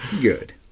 good